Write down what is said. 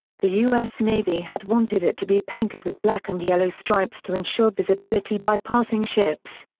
the us navy had wanted it to be painted with black and yellow stripes to ensure visibility by passing ships.